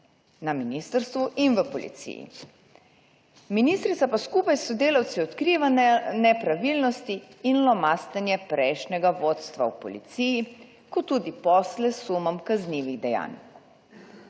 na ministrstvu in v policiji. Ministrica pa skupaj s sodelavci odkriva nepravilnosti in lomastenje prejšnjega vodstva v policiji kot tudi posle s sumom kaznivih dejanj.